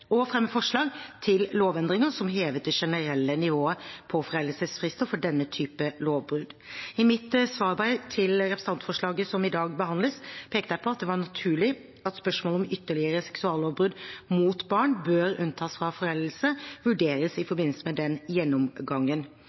og å fremme forslag til lovendringer som hevet det generelle nivået på foreldelsesfrister for denne typen lovbrudd. I mitt svarbrev til representantforslaget som i dag behandles, pekte jeg på at det var naturlig at spørsmålet om hvorvidt ytterligere seksuallovbrudd mot barn bør unntas fra foreldelse, vurderes i forbindelse med den gjennomgangen.